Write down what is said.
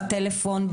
בטלפון,